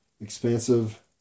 expansive